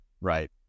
Right